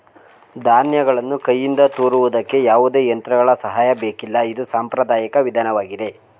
ಧಾನ್ಯಗಳನ್ನು ಕೈಯಿಂದ ತೋರುವುದಕ್ಕೆ ಯಾವುದೇ ಯಂತ್ರಗಳ ಸಹಾಯ ಬೇಕಿಲ್ಲ ಇದು ಸಾಂಪ್ರದಾಯಿಕ ವಿಧಾನವಾಗಿದೆ